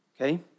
Okay